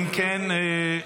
אם כן,